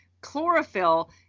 Chlorophyll